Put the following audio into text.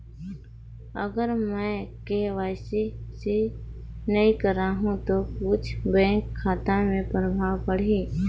अगर मे के.वाई.सी नी कराहू तो कुछ बैंक खाता मे प्रभाव पढ़ी?